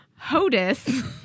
hodis